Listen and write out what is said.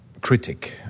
critic